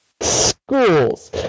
schools